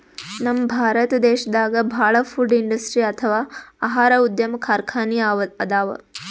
ನಮ್ ಭಾರತ್ ದೇಶದಾಗ ಭಾಳ್ ಫುಡ್ ಇಂಡಸ್ಟ್ರಿ ಅಥವಾ ಆಹಾರ ಉದ್ಯಮ್ ಕಾರ್ಖಾನಿ ಅದಾವ